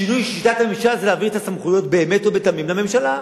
שינוי שיטת הממשל זה להעביר את הסמכויות באמת ובתמים לממשלה,